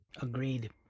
Agreed